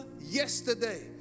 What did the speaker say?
yesterday